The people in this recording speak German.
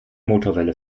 motorwelle